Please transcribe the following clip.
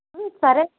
సరే